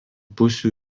pusių